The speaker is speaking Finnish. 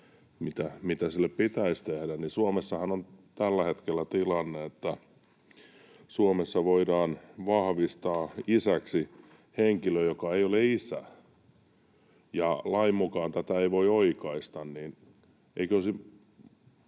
mitä sille pitäisi tehdä, niin Suomessahan on tällä hetkellä tilanne, että Suomessa voidaan vahvistaa isäksi henkilö, joka ei ole isä, ja lain mukaan tätä ei voi oikaista. Eikö tämmöinen